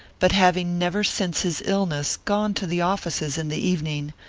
but having never since his illness gone to the offices in the evening,